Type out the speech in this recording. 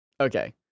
Okay